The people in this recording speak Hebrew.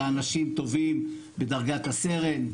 לאנשים טובים בדרגת הסרן,